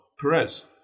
Perez